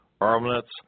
armlets